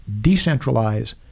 decentralize